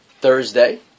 Thursday